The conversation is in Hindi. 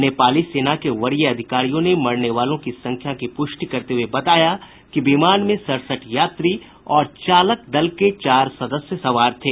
नेपाली सेना के वरीय अधिकारियों ने मरने वालों की संख्या की प्रष्टि करते हुये बताया कि विमान में सड़सठ यात्री और चालक दल के चार सदस्य सवार थे